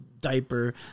diaper